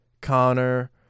Connor